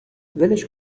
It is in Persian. ولش